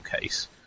case